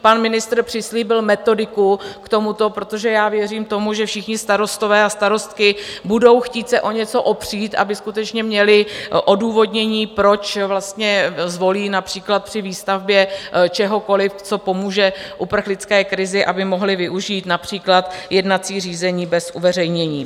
Pan ministr přislíbil metodiku k tomuto, protože věřím tomu, že všichni starostové a starostky se budou chtít o něco opřít, aby skutečně měli odůvodnění, proč vlastně zvolí například při výstavbě čehokoli, co pomůže uprchlické krizi, aby mohli využít například jednací řízení bez uveřejnění.